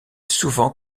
souvent